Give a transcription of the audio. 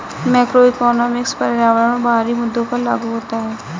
macroeconomics पर्यावरण और बाहरी मुद्दों पर लागू होता है